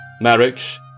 marriage